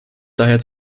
daher